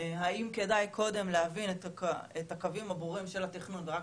האם כדאי קודם להבין את הקווים הברורים של התכנון ורק